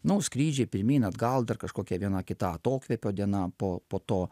nu skrydžiai pirmyn atgal dar kažkokia viena kita atokvėpio diena po po to